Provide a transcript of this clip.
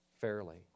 fairly